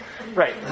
Right